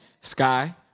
Sky